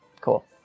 Cool